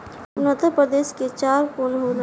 उन्नत प्रभेद के चारा कौन होला?